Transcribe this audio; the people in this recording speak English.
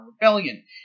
Rebellion